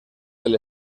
del